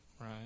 right